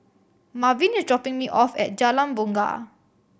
Marvin is dropping me off at Jalan Bungar